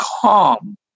calm